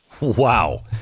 Wow